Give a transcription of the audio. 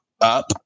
up